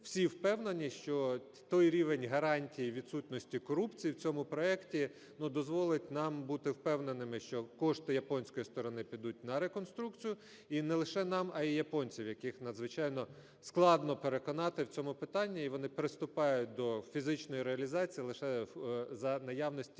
всі впевнені, що той рівень гарантій відсутності корупції в цьому проекті, ну, дозволить нам бути впевненими, що кошти японської сторони підуть на реконструкцію, і не лише нам, а і японцям, яких надзвичайно складно переконати в цьому питанні, і вони приступають до фізичної реалізації лише за наявності